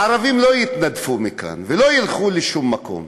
הערבים לא יתנדפו מכאן ולא ילכו לשום מקום.